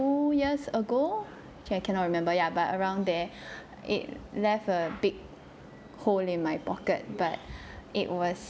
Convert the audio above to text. years ago okay I cannot remember ya but around there it left a big hole in my pocket but it was